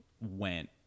went